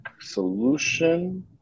solution